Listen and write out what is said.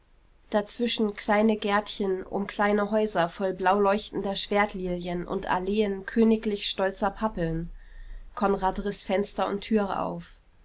dazwischen kleine gärtchen um kleine häuser voll blauleuchtender schwertlilien und alleen königlich stolzer pappeln konrad riß fenster und türe auf